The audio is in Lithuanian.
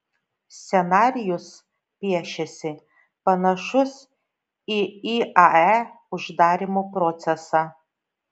scenarijus piešiasi panašus į iae uždarymo procesą